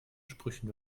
sprüchen